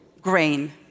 grain